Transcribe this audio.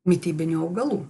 mitybinių augalų